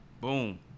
boom